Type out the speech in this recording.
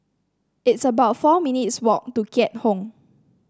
it's about four minutes' walk to Keat Hong